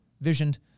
visioned